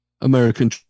American